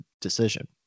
decision